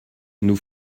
nous